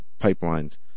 pipelines